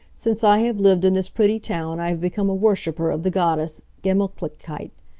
since i have lived in this pretty town i have become a worshiper of the goddess gemutlichkeit.